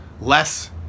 less